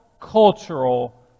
cultural